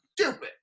stupid